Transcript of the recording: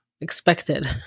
expected